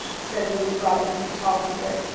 said luke robbins, the tall hunter.